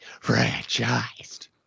franchised